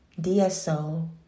dso